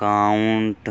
account